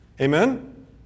Amen